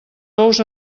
ous